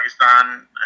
Pakistan